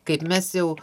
kaip mes jau